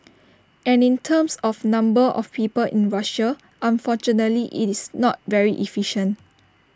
and in terms of number of people in Russia unfortunately IT is not very efficient